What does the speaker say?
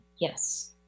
yes